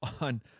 on